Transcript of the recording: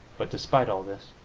but despite all this,